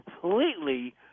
completely